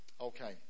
Okay